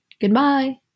Goodbye